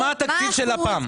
מה התקציב של לפ"ם?